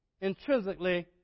intrinsically